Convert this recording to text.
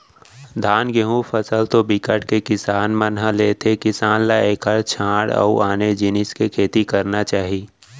धान, गहूँ फसल तो बिकट के किसान मन ह लेथे किसान ल एखर छांड़ अउ आने जिनिस के खेती करना चाही